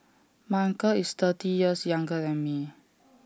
my uncle is thirty years younger than me